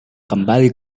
kembali